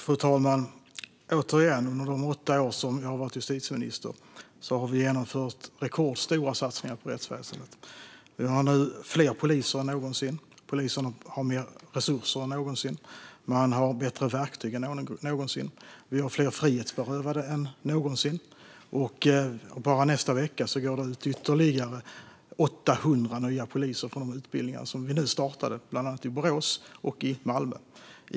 Fru talman! Återigen: Under de åtta år som jag har varit justitieminister har vi genomfört rekordstora satsningar på rättsväsendet. Vi har nu fler poliser än någonsin. Polisen har mer resurser än någonsin. Man har bättre verktyg än någonsin. Vi har fler frihetsberövade än någonsin. Och bara nästa vecka går det ut ytterligare 800 nya poliser från de utbildningar som vi startade bland annat i Borås och i Malmö.